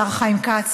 השר חיים כץ,